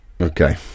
Okay